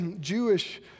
Jewish